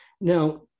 now